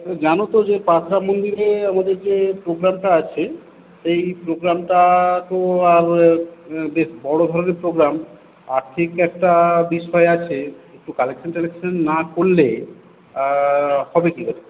জানো তো যে মন্দিরে আমাদের যে প্রোগ্রামটা আছে সেই প্রোগ্রামটা তো আর বেশ বড়োভাবে প্রোগ্রাম আর্থিক একটা বিষয় আছে একটু কালেকশন টালেকশন না করলে হবে কি করে